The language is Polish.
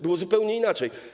Było zupełnie inaczej.